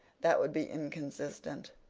that would be inconsistent.